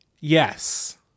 Yes